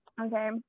Okay